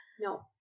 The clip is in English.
no